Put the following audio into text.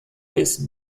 bis